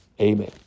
amen